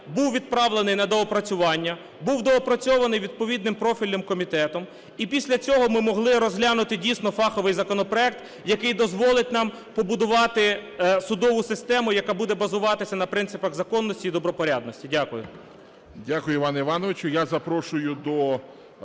був відправлений на доопрацювання, був доопрацьований відповідним профільним комітетом і після цього ми могли розглянути дійсно фаховий законопроекту, який дозволить нам побудувати судову систему, яка буде базуватися на принципах законності і добропорядності. Дякую. ГОЛОВУЮЧИЙ. Дякую, Іване Івановичу.